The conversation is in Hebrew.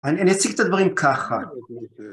אני אציג את הדברים ככה.